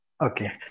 Okay